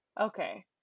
Okay